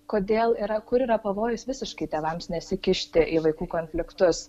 kodėl yra kur yra pavojus visiškai tėvams nesikišti į vaikų konfliktus